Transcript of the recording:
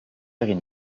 heures